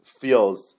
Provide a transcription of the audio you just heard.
feels